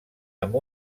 amb